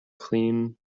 clean